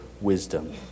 wisdom